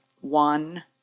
one